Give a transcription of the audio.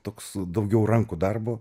toks daugiau rankų darbo